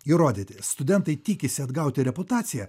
įrodyti studentai tikisi atgauti reputaciją